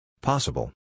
Possible